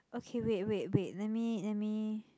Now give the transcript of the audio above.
okay wait wait wait let me let me